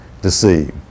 deceived